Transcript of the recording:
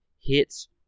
hits